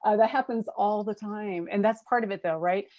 ah that happens all the time and that's part of it though, right.